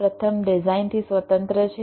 પ્રથમ ડિઝાઇનથી સ્વતંત્ર છે